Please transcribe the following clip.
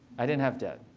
i didn't have debt.